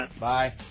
Bye